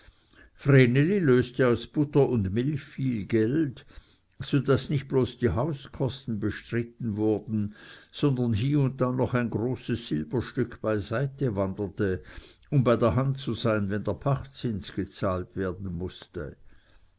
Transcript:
löste aus butter und milch viel geld so daß nicht bloß die hauskosten bestritten wurden sondern hie und da noch ein großes silberstück beiseitewanderte um bei der hand zu sein wenn der pachtzins gezahlt werden mußte